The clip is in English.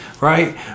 right